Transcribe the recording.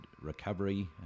recovery